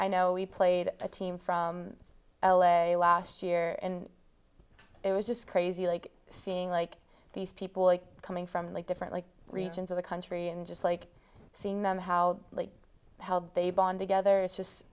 i know we played a team from l a last year and it was just crazy like seeing like these people like coming from like different like regions of the country and just like seeing them how they bond together it's just